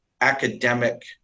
academic